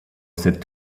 said